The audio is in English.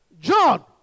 John